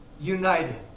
united